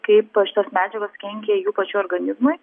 kaip šitos medžiagos kenkia jų pačių organizmui